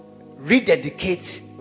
rededicate